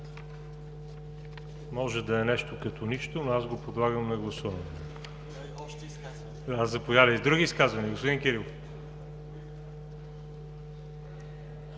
Може да е нещо като нищо, но аз го подлагам на гласуване. (Оживление.) Други изказвания? Господин Кирилов.